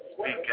speak